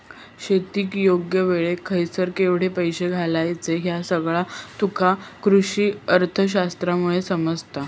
शेतीत योग्य वेळेक खयसर केवढे पैशे घालायचे ह्या सगळा तुका कृषीअर्थशास्त्रामुळे समजता